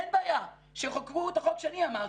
אין בעיה, שיחוקקו את החוק שאני אמרתי,